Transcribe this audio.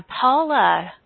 Paula